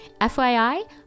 FYI